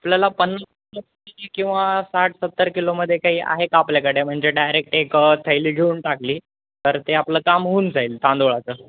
आपल्याला पन्नास किल किंवा साठ सत्तर किलोमध्ये काही आहे का आपल्याकडे म्हणजे डायरेक्ट एक थैली घेऊून टाकली तर ते आपलं काम होऊन जाईल तांदुळाचं